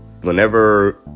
Whenever